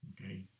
Okay